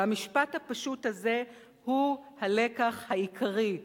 והמשפט הפשוט הזה הוא הלקח העיקרי,